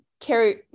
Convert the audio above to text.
carry